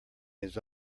his